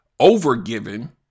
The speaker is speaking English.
overgiven